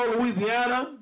Louisiana